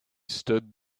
stood